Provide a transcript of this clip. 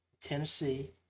Tennessee